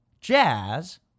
jazz